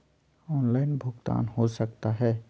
Online भुगतान हो सकता है?